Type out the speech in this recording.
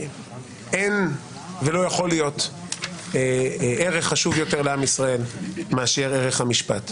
אין ולא יכול להיות ערך חשוב יותר לעם ישראל מאשר ערך המשפט.